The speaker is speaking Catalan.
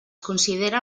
considera